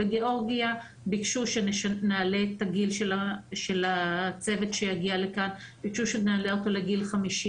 בגאורגיה ביקשו שנעלה את הגיל של הצוות שיגיע לכאן לגיל 50,